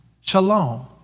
shalom